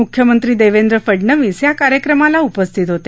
मुख्यमंत्री देवेंद्र फडनवीस या कार्यक्रमाला उपस्थित होते